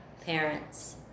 parents